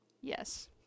yes